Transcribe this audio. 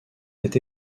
été